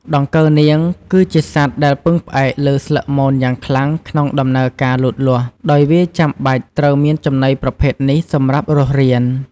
ដង្កូវនាងគឺជាសត្វដែលពឹងផ្អែកលើស្លឹកមនយ៉ាងខ្លាំងក្នុងដំណើរការលូតលាស់ ដោយវាចាំបាច់ត្រូវមានចំណីប្រភេទនេះសម្រាប់រស់រាន។